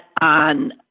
on